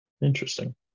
interesting